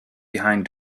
behind